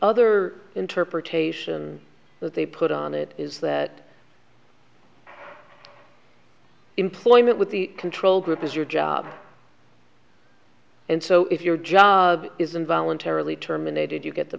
other interpretation that they put on it is that employment with the control group is your job and so if your job isn't voluntarily terminated you get the